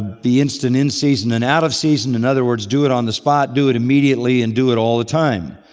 be instant in season and out of season. in other words, do it on the spot, do it immediately, and do it all the time.